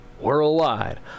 Worldwide